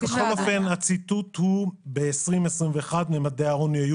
בכל אופן הציטוט הוא שב-2021 ממדי העוני היו